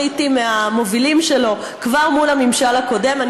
אני הייתי מהמובילים שלו כבר מול הממשל הקודם.